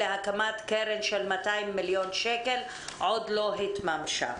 על הקמת קרן של 200 מיליון שקל עוד לא התממשה.